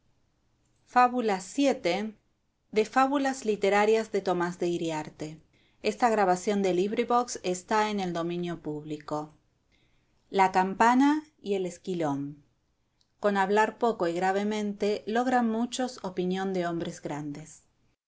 que sin la claridad os falta todo fábula vii la campana y el esquilón con hablar poco y gravemente logran muchos opinión de hombres grandes